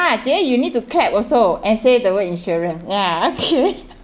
ya then you need to clap also and say the word insurance yeah okay